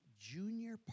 junior